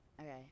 Okay